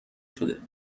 شده